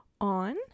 on